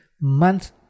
Month